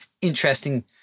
interesting